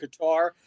Qatar